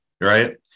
right